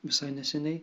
visai neseniai